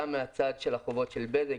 גם מצד החובות של בזק,